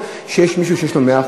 אגיד לך למה הוא חושב ששינית את דעתך.